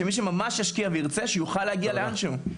שמי שממש ישקיע וירצה, שיוכל להגיע לאנשהו.